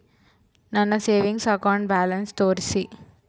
ನನ್ನ savings account balance ತೋರಿಸಿ?